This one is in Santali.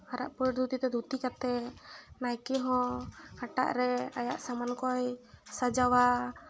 ᱟᱨᱟᱜ ᱯᱟᱹᱲ ᱫᱷᱩᱛᱤ ᱛᱮ ᱫᱷᱩᱛᱤ ᱠᱟᱛᱮᱫ ᱱᱟᱭᱠᱮ ᱦᱚᱸ ᱦᱟᱴᱟᱜ ᱨᱮ ᱟᱭᱟᱜ ᱥᱟᱢᱟᱱ ᱠᱚᱭ ᱥᱟᱡᱟᱣᱟ